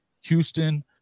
Houston